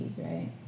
right